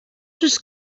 just